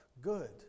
Good